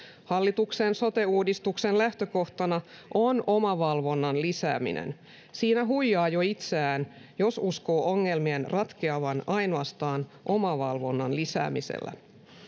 hallituksen sote uudistuksen lähtökohtana on omavalvonnan lisääminen siinä huijaa jo itseään jos uskoo ongelmien ratkeavan ainoastaan omavalvonnan lisäämisellä